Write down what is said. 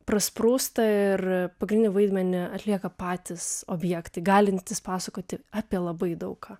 prasprūsta ir pagrindinį vaidmenį atlieka patys objektai galintys pasakoti apie labai daug ką